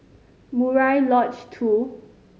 Murai Lodge Two